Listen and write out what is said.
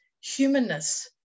humanness